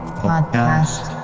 podcast